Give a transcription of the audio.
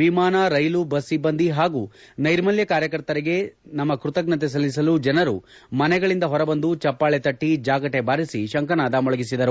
ವಿಮಾನ ರೈಲು ಬಸ್ ಸಿಬ್ಬಂದಿ ಹಾಗೂ ಸೈರ್ಮಲ್ಯ ಕಾರ್ಯಕರ್ತರಿಗೆ ತಮ್ಮ ಕೃತಜ್ಞತೆ ಸಲ್ಲಿಸಲು ಜನರು ಮನೆಗಳಿಂದ ಹೊರಬಂದು ಚಪ್ಪಾಳೆ ತಟ್ಟಿ ಜಾಗಟೆ ಬಾರಿಸಿ ಶಂಖನಾದ ಮೊಳಗಿಸಿದರು